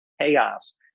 chaos